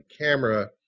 camera